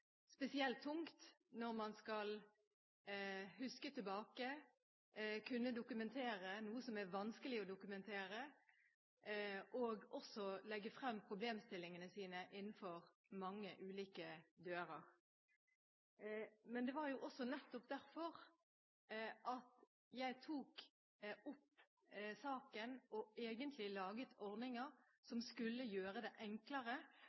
spesielt tungt når man skal huske tilbake, kunne dokumentere noe som er vanskelig å dokumentere, og også legge frem sine problemstillinger innenfor mange ulike dører. Det var nettopp derfor jeg tok opp saken og laget ordninger som skulle gjøre det enklere